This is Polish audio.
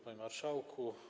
Panie Marszałku!